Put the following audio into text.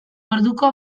orduko